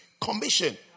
commission